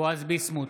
בועז ביסמוט,